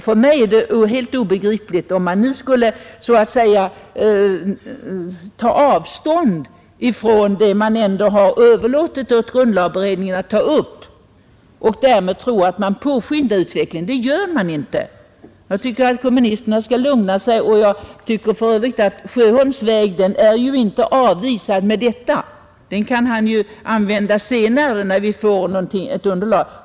För mig är det helt obegripligt att nu ta avstånd från det som överlåtits åt grundlagberedningen att utreda och därmed tro sig påskynda utvecklingen. Det gör man inte! Kommunisterna bör lugna sig. Herr Sjöholms förslag är ju inte avvisat med detta. Den saken kan vi ta upp senare när vi fått underlag för ett beslut.